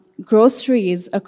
Groceries